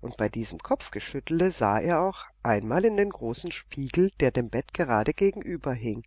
und bei diesem kopfgeschüttele sah er auch einmal in den großen spiegel der dem bett gerade gegenüberhing